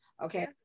okay